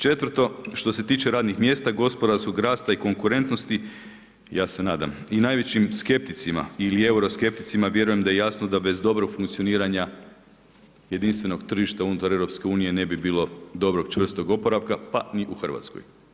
Četvrto što se tiče radnih mjesta, gospodarskog rasta i konkurentnosti, ja se nadam i najvećim skepticima ili euro skepticima vjerujem da je jasno da bez dobrog funkcioniranja jedinstvenog tržišta unutar EU ne bi bilo dobrog, čvrstog oporavka pa ni u Hrvatskoj.